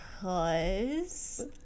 cause